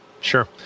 Sure